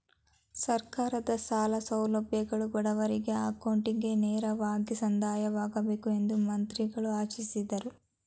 ಸರ್ಕಾರದ ಸಾಲ ಸೌಲಭ್ಯಗಳು ಬಡವರಿಗೆ ಅಕೌಂಟ್ಗೆ ನೇರವಾಗಿ ಸಂದಾಯವಾಗಬೇಕು ಎಂದು ಮಂತ್ರಿಗಳು ಆಶಿಸಿದರು